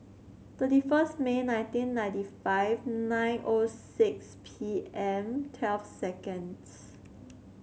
thirty first May nineteen ninety five nine O six P M twelve seconds